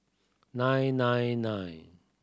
nine nine nine